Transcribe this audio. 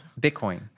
Bitcoin